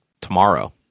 tomorrow